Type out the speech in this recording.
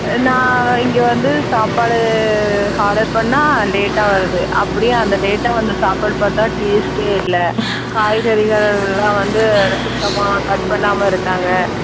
நான் இங்கே வந்து சாப்பாடு ஆர்டர் பண்ணால் லேட்டாக வருது அப்படியும் அந்த லேட்டாக வந்த சாப்பாடு பார்த்தா டேஸ்ட்டே இல்லை காய்கறிகள்லாம் வந்து சுத்தமாக கட் பண்ணாமல் இருக்காங்க